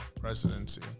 presidency